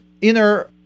inner